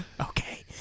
Okay